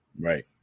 right